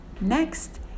Next